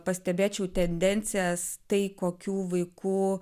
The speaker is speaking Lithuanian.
pastebėčiau tendencijas tai kokių vaikų